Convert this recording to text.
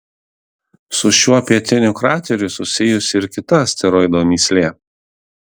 su šiuo pietiniu krateriu susijusi ir kita asteroido mįslė